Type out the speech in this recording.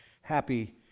happy